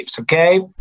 okay